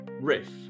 riff